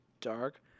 dark